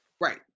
right